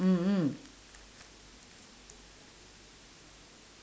mmhmm